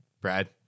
Brad